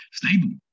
stable